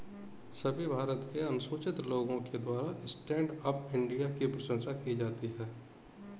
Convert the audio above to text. सभी भारत के अनुसूचित लोगों के द्वारा स्टैण्ड अप इंडिया की प्रशंसा की जाती है